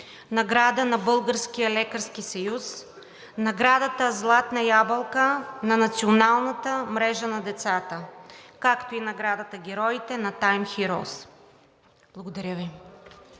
награда на Българския лекарски съюз, наградата „Златна ябълка“ на Националната мрежа на децата, както и наградата „Героите“ на Time Hеroes. Благодаря Ви.